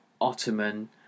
Ottoman